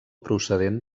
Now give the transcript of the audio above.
procedent